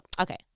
Okay